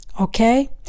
Okay